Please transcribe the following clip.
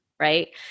right